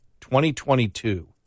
2022